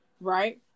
right